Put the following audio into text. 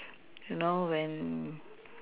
you know when